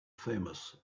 famous